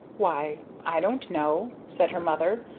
why i don't know, said her mother.